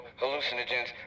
hallucinogens